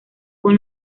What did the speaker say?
con